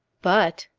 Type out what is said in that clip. but!